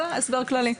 אלא הסבר כללי.